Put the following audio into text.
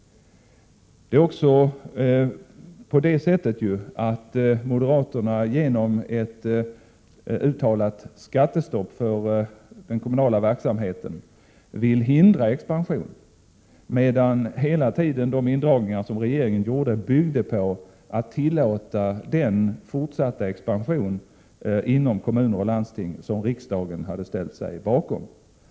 Moderaterna vill också genom ett uttalat skattestopp för den kommunala verksamheten hindra expansion, medan de indragningar som regeringen gjorde hela tiden byggde på att tillåta den fortsatta expansion inom kommuner och landsting som riksdagen hade ställt sig bakom.